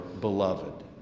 beloved